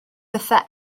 bethau